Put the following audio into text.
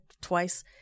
twice